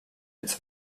its